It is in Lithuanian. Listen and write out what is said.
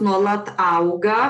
nuolat auga